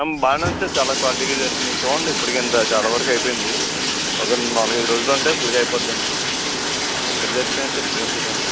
బాగానే ఉంది సర్ చాలా క్వాలిటీగా జరుగుతుంది చూడండి ఇప్పటికి ఇంత చాలా వరకు అయిపోయింది ఒక నాలుగు ఐదు రోజులు ఉంటే ఫుల్గా అయిపోతుందండి ఎక్కడ సరిపోయినాయి సర్ ఇదిగోండి చూశాం